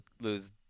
lose